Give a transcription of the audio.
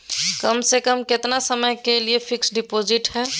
कम से कम कितना समय के लिए फिक्स डिपोजिट है?